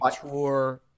tour